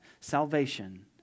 Salvation